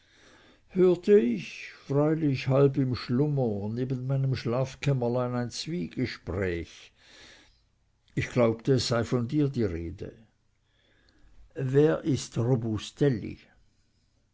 hörte ich freilich halb im schlummer neben meinem schlafkämmerlein ein zwiegespräch ich glaubte es sei von dir die rede wer ist